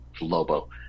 Lobo